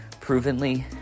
provenly